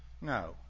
No